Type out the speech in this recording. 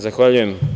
Zahvaljujem.